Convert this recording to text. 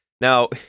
Now